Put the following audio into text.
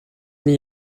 n’y